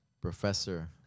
Professor